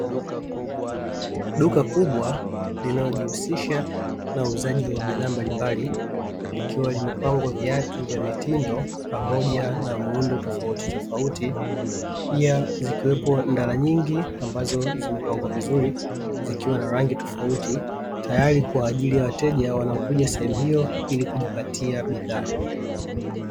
Duka kubwa linalojihusisha na uuzaji wa bidhaa mbalimbali likiwa limepengwa viatu vya mitindo pamoja na muundo tofauti tofauti, pia zikiwepo ndala nyingi ambazo zimepangwa vizuri zikiwa na rangi tofauti, tayari kwa wateja kwa ajili ya wateja wanaokuja sehemu hiyo kwa ajili ya kujipatia bidhaa.